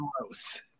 gross